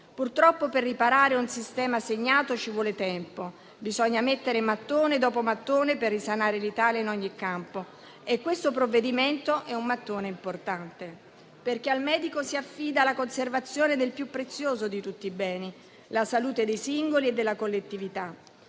Purtroppo per riparare un sistema segnato ci vuole tempo, bisogna mettere un mattone dopo l'altro per risanare l'Italia in ogni campo. Questo provvedimento è un mattone importante, perché al medico si affida la conservazione del più prezioso di tutti i beni: la salute dei singoli e della collettività.